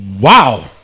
Wow